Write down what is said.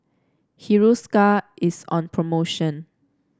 Hiruscar is on promotion